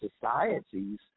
societies